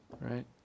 right